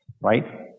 right